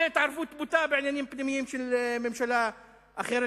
וזאת התערבות בוטה בעניינים פנימיים של ממשלה אחרת,